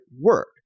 work